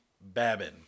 Babin